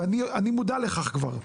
ואני מודע לכך כבר,